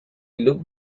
look